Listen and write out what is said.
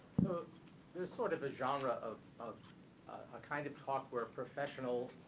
so there's sort of a genre of of kind of talk where professional,